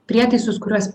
prietaisus kuriuos